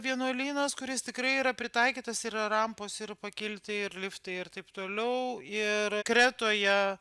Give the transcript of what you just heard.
vienuolynas kuris tikrai yra pritaikytas yra rampos ir pakilti liftai ir taip toliau ir kretoje